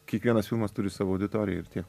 kiekvienas filmas turi savo auditoriją ir tiek